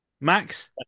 Max